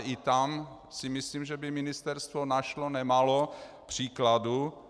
I tam si myslím, že by ministerstvo našlo nemálo příkladů.